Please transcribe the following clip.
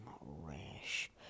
rash